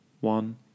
One